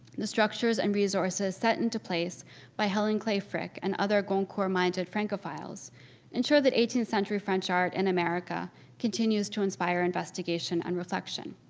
the structures and resources set into place by helen clay frick and other goncourt-minded francophiles ensure that eighteenth century french art in america continues to inspire investigation and reflection.